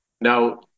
Now